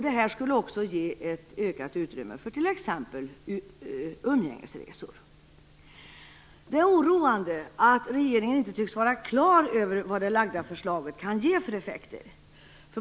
Detta skulle också ge ett ökat utrymme för t.ex. umgängesresor. Det är oroande att regeringen inte tycks vara på det klara med vad det framlagda förslaget kan ge för effekter.